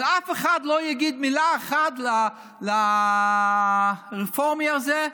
אף אחד לא יגיד מילה אחת לרפורמי הזה,